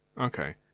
Okay